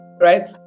Right